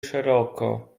szeroko